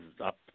up